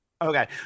Okay